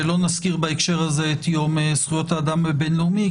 ולא נזכיר בהקשר הזה את יום זכויות האדם הבין-לאומי,